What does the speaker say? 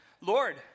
Lord